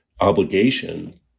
obligation